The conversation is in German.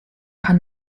paar